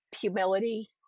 humility